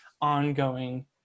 ongoing